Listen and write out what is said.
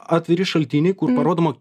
atviri šaltiniai kur parodoma